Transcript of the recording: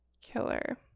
Killer